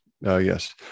Yes